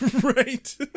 Right